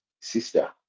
sister